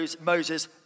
Moses